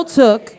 took